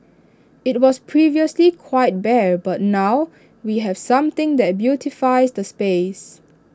IT was previously quite bare but now we have something that beautifies the space